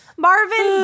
Marvin